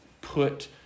put